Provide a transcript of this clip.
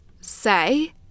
say